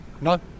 No